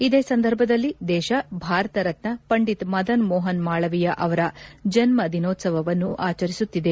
ಇದೇ ಸಂದರ್ಭದಲ್ಲಿ ದೇಶ ಭಾರತ ರತ್ನ ಪಂಡಿತ್ ಮದನ್ ಮೋಪನ್ ಮಾಳವೀಯ ಅವರ ಜನ್ನ ದಿನೋತ್ಸವವನ್ನು ಆಚರಿಸುತ್ತಿದೆ